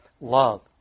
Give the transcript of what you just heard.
love